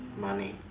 money